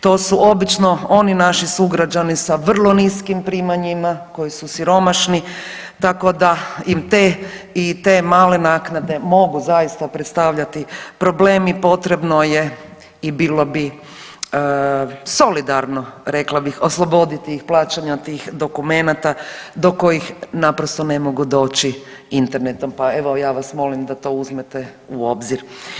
To su obično oni naši sugrađani sa vrlo niskim primanjima, koji su siromašni, tako da im te i te male naknade mogu zaista predstavljati problem i potrebno je i bilo bi solidarno rekla bih osloboditi ih plaćanja tih dokumenata do kojih naprosto ne mogu doći internetom, pa evo ja vas molim da to uzmete u obzir.